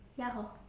ya hor